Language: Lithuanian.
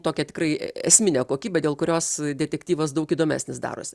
tokią tikrai esminę kokybę dėl kurios detektyvas daug įdomesnis darosi